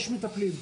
יש מטפלים.